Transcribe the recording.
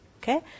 Okay